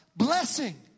Blessing